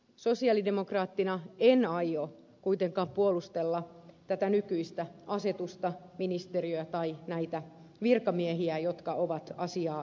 sosialidemokraattina en aio kuitenkaan puolustella tätä nykyistä asetusta ministeriä tai näitä virkamiehiä jotka ovat asiaa esitelleet